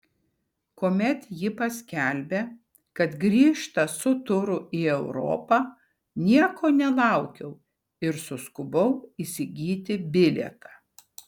kuomet ji paskelbė kad grįžta su turu į europą nieko nelaukiau ir suskubau įsigyti bilietą